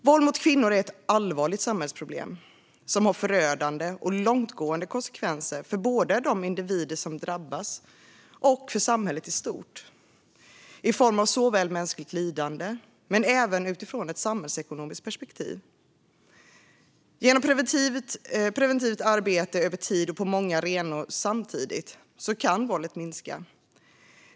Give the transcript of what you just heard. Våld mot kvinnor är ett allvarligt samhällsproblem som har förödande och långtgående konsekvenser för både de individer som drabbas och samhället i stort, såväl i form av mänskligt lidande som utifrån ett samhällsekonomiskt perspektiv. Genom preventivt arbete över tid och på många arenor samtidigt kan våldet minska.